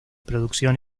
producción